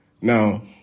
Now